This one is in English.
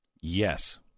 Yes